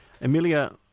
Emilia